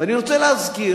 ואני רוצה להזכיר